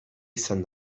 izan